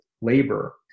labor